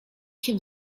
się